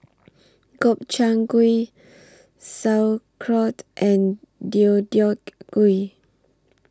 Gobchang Gui Sauerkraut and Deodeok Gui